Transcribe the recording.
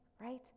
right